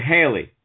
Haley